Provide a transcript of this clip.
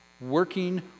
Working